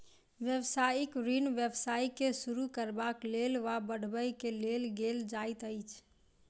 व्यवसायिक ऋण व्यवसाय के शुरू करबाक लेल वा बढ़बय के लेल लेल जाइत अछि